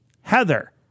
Heather